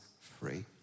free